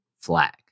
flag